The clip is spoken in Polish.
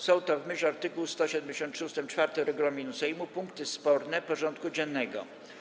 Są to, w myśl art. 173 ust. 4 regulaminu Sejmu, punkty sporne porządku dziennego.